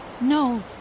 No